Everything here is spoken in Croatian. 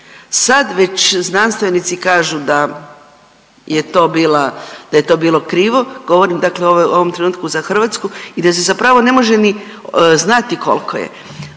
Sada već znanstvenici kažu da je to bilo krivo. Govorim dakle u ovom trenutku za Hrvatsku i da se zapravo ne može ni znati koliko je.